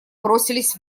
бросились